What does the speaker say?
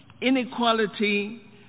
inequality